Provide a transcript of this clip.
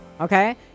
Okay